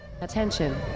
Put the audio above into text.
Attention